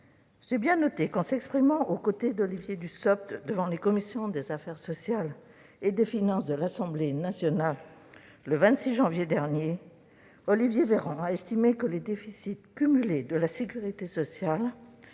J'ai bien noté qu'en s'exprimant aux côtés d'Olivier Dussopt devant les commissions des affaires sociales et des finances de l'Assemblée nationale, le 26 janvier dernier, Olivier Véran a estimé que les déficits cumulés de la sécurité sociale